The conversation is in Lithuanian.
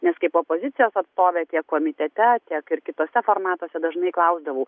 nes kaip opozicijos atstovė tiek komitete tiek ir kituose formatuose dažnai klausdavau